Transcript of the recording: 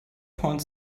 point